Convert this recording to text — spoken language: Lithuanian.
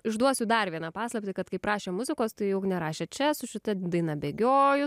išduosiu dar vieną paslaptį kad kai prašėm muzikos tai ugnė rašė čia su šita daina bėgioju